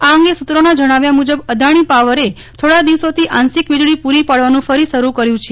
આ અંગે સૂત્રોના જણાવ્યા મુજબ અદાણી પાવરે થોડા દિવસોથી આંશિક વીજળી પૂરી પાડવાનું ફરી શરૂ કર્યું છે